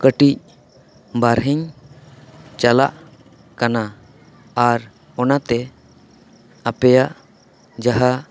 ᱠᱟᱹᱴᱤᱡ ᱵᱟᱨᱦᱮᱧ ᱪᱟᱞᱟᱜ ᱠᱟᱱᱟ ᱟᱨ ᱚᱱᱟᱛᱮ ᱟᱯᱮᱭᱟᱜ ᱡᱟᱦᱟᱸ